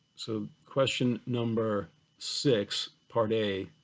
so question number six, part a,